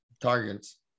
targets